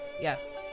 Yes